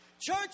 Church